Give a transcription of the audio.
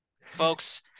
folks